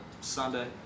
Sunday